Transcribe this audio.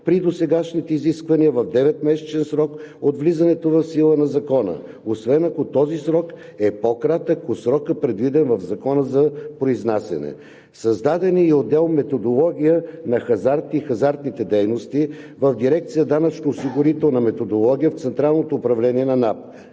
при досегашните изисквания в 9-месечен срок от влизането в сила на Закона, освен ако този срок е по-кратък от срока, предвиден в Закона за произнасяне. Създаден е и отдел „Методология на хазарта и хазартните дейности“ в дирекция „Данъчно-осигурителна методология“ в Централното управление на НАП,